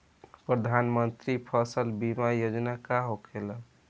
प्रधानमंत्री फसल बीमा योजना का होखेला?